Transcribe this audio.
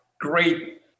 great